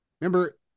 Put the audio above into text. remember